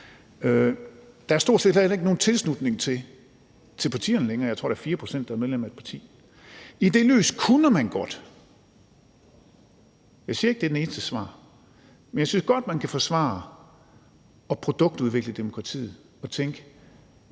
Der er stort set heller ikke nogen tilslutning til partierne længere, jeg tror, det er 4 pct., der er medlem af et parti. I det lys kunne man godt, jeg siger ikke, at det er det eneste svar, forsvare at produktudvikle demokratiet og tænke,